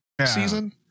season